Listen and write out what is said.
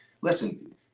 listen